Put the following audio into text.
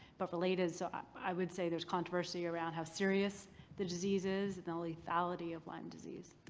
but related. so i would say there's controversy around how serious the disease is and the lethality of lyme disease.